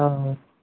অঁ অঁ